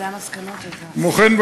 כמו כן,